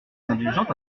indulgente